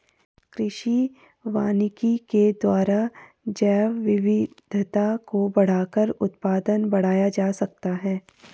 कृषि वानिकी के द्वारा जैवविविधता को बढ़ाकर उत्पादन बढ़ाया जा सकता है